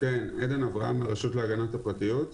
עדן אברהם, מהרשות להגנת הפרטיות.